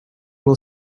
will